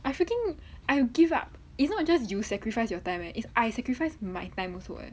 I freaking I give up it's not just you sacrifice your time and it's I sacrifice my time also eh